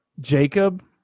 jacob